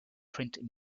print